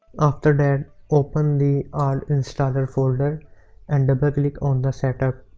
after that open the altinstaller folder and double-click on the setup,